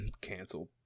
canceled